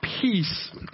peace